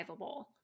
survivable